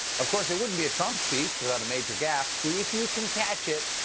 of course it wouldn't be a trump speech without a major gaffe. see if you can catch it.